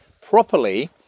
properly